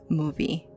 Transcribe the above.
movie